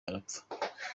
arapfa